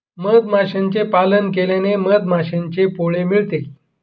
मधमाशांचे पालन केल्याने मधमाशांचे पोळे मिळते